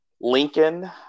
Lincoln